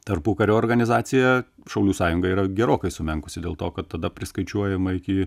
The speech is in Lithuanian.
tarpukario organizacija šaulių sąjunga yra gerokai sumenkusi dėl to kad tada priskaičiuojama iki